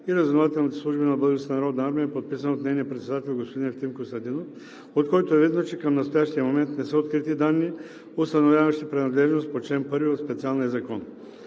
и разузнавателните служби на Българската народна армия, подписан от нейния председател господин Евтим Костадинов, от който е видно, че към настоящия момент не са открити данни, установяващи принадлежност по чл. 1 от специалния закон.